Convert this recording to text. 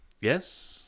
Yes